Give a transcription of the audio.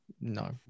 no